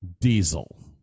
diesel